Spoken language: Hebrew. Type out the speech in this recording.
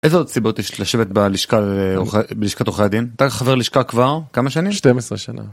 איזה עוד סיבות יש לשבת בלשכת עורכי הדין? אתה חבר לשכה כבר כמה שנים? 12 שנה.